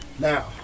Now